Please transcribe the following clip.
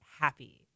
happy